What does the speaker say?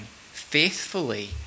faithfully